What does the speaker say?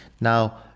Now